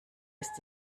ist